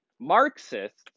Marxists